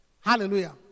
Hallelujah